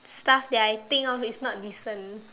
stuff that I think of is not decent